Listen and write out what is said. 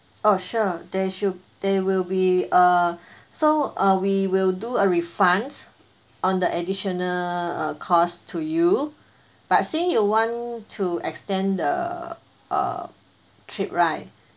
oh sure there should there will be uh so uh we will do a refunds on the additional uh cost to you but since you want to extend the uh trip right